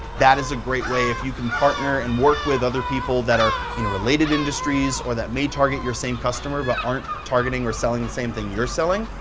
that is a great way, if you can partner and work with other people that are in related industries or that my target your same costumer but aren't targeting or selling the same thing you're selling,